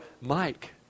Mike